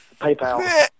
PayPal